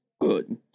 good